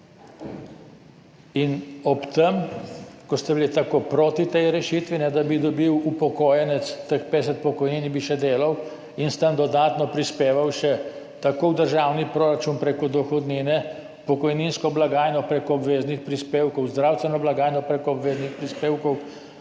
In ob tem, ko ste bili tako proti tej rešitvi, da bi dobil upokojenec teh 50 pokojnin in bi še delal in s tem tako še dodatno prispeval v državni proračun preko dohodnine, v pokojninsko blagajno preko obveznih prispevkov, v zdravstveno blagajno preko obveznih prispevkov,